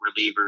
relievers